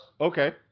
Okay